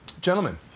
Gentlemen